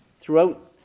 throughout